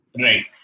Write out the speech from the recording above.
Right